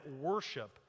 worship